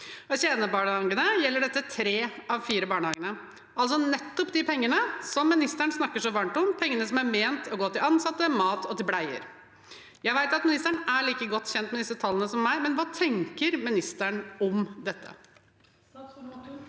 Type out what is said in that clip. For kjedebarnehagene gjelder dette tre av fire barnehager, og det er altså nettopp de pengene ministeren snakker så varmt om, pengene som er ment å gå til ansatte, mat og bleier. Jeg vet at ministeren er like godt kjent med disse tallene som meg, men hva tenker ministeren om dette? Statsråd